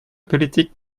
politique